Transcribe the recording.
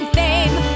fame